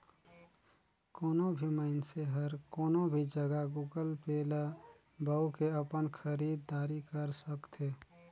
कोनो भी मइनसे हर कोनो भी जघा गुगल पे ल बउ के अपन खरीद दारी कर सकथे